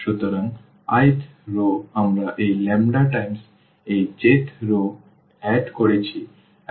সুতরাং i th রও আমরা এই ল্যাম্বডা টাইমস এই j thরও যোগ করেছি এবং নতুন Ri উঠে আসবে